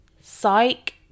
Psych